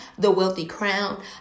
thewealthycrown